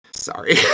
sorry